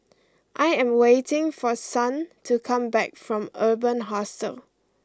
I am waiting for Son to come back from Urban Hostel